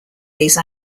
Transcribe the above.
these